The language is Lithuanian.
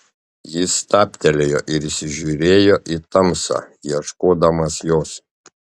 jis stabtelėjo ir įsižiūrėjo į tamsą ieškodamas jos